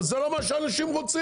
אבל זה לא מה שאנשים רוצים.